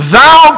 Thou